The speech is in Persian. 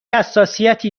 حساسیتی